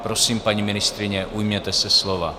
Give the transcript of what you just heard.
Prosím, paní ministryně, ujměte se slova.